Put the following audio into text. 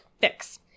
fix